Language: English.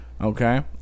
Okay